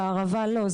לא, בערבה לא.